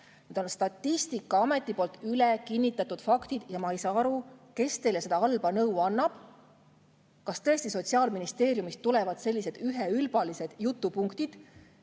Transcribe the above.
faktid, Statistikaameti kinnitatud faktid. Ma ei saa aru, kes teile seda halba nõu annab. Kas tõesti Sotsiaalministeeriumist tulevad sellised üheülbalised jutupunktid,